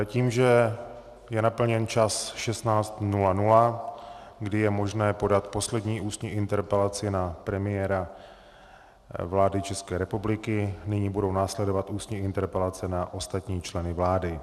Tím, že je naplněn čas 16.00 hodin, kdy je možné podat poslední ústní interpelaci na premiéra vlády České republiky, nyní budou následovat ústní interpelace na ostatní členy vlády.